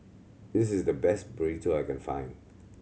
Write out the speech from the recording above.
this is the best Burrito I can find